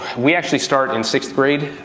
we actually start in sixth grade,